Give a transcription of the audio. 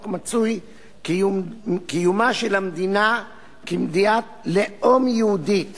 מצוי קיומה של המדינה כמדינת לאום יהודית